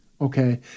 okay